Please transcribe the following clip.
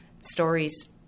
Stories